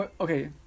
Okay